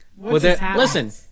listen